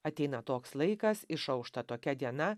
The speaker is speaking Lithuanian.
ateina toks laikas išaušta tokia diena